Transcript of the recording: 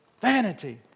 vanity